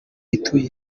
ituye